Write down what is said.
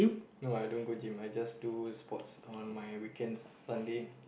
no I don't go gym I just do sports on my weekends Sunday